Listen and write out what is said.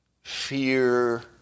Fear